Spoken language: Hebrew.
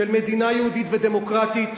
של מדינה יהודית ודמוקרטית,